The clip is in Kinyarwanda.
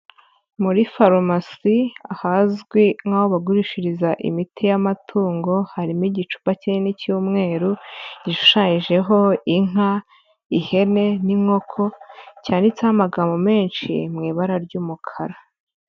Muri farumasi ahazwi nk'aho bagurishiriza imiti y'amatungo, harimo igicupa kinini cy'umweru gishushanyijeho: inka, ihene n'inkoko, cyanditseho amagambo menshi mu ibara ry'umukara.